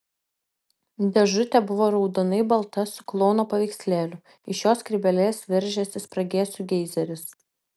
dėžutė buvo raudonai balta su klouno paveikslėliu iš jo skrybėlės veržėsi spragėsių geizeris